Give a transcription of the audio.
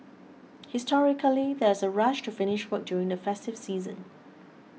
historically there's a rush to finish work during the festive season